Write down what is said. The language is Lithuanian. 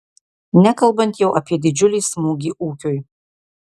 nekalbant jau apie didžiulį smūgį ūkiui